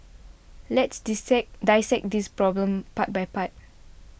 let's dissect this problem part by part